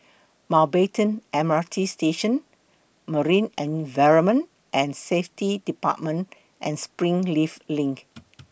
Mountbatten M R T Station Marine Environment and Safety department and Springleaf LINK